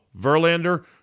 Verlander